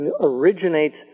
originates